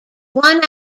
one